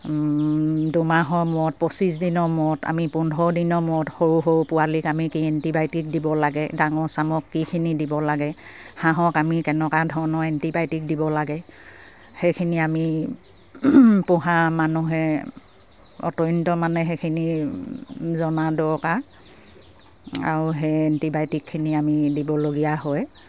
দুমাহৰ মূৰত পঁচিছ দিনৰ মূৰত আমি পোন্ধৰ দিনৰ মূৰত সৰু সৰু পোৱালীক আমি কি এণ্টিবায়'টিক দিব লাগে ডাঙৰ চামক কিখিনি দিব লাগে হাঁহক আমি কেনেকুৱা ধৰণৰ এণ্টিবায়'টিক দিব লাগে সেইখিনি আমি পোহা মানুহে অতন্ত মানে সেইখিনি জনা দৰকাৰ আৰু সেই এণ্টিবায়'টিকখিনি আমি দিবলগীয়া হয়